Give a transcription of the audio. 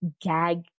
gag